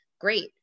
great